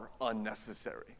unnecessary